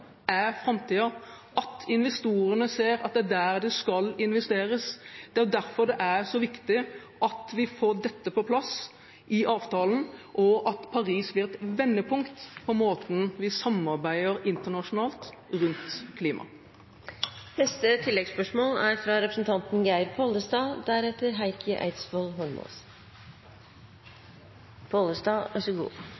er framtiden, at investorene ser at det er der det skal investeres. Det er derfor det er så viktig at vi får dette på plass i avtalen, og at Paris blir et vendepunkt i måten vi samarbeider internasjonalt rundt